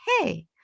Hey